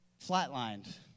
flatlined